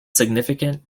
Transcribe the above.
significant